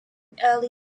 early